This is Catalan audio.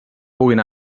puguin